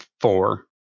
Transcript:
four